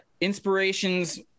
Inspirations